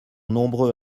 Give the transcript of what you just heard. nombreux